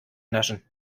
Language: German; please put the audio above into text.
naschen